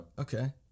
Okay